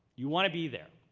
you want to be there.